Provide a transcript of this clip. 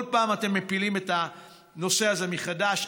כל פעם אתם מפילים את הנושא הזה מחדש,